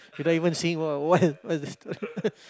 cannot even see what what what